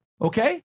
Okay